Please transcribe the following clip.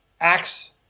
Acts